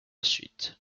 suite